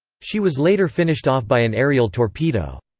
she was later finished off by an aerial torpedo.